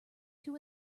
two